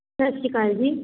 ਸਤਿ ਸ਼੍ਰੀ ਅਕਾਲ ਜੀ